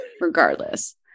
regardless